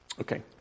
Okay